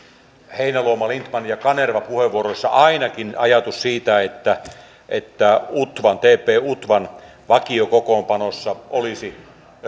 heinäluoma lindtman ja kanerva puheenvuoroissa ajatus siitä että että tp utvan vakiokokoonpanossa olisi